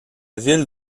ville